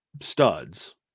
studs